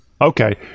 Okay